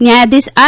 ન્યાયધીશ આર